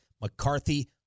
McCarthy